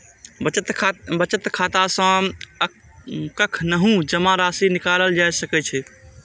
बचत खाता सं कखनहुं जमा राशि निकालल जा सकै छै